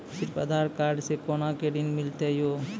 सिर्फ आधार कार्ड से कोना के ऋण मिलते यो?